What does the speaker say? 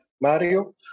Mario